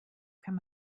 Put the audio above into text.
kann